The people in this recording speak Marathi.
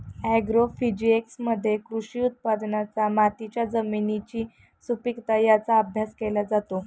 ॲग्रोफिजिक्समध्ये कृषी उत्पादनांचा मातीच्या जमिनीची सुपीकता यांचा अभ्यास केला जातो